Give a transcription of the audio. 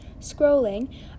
Scrolling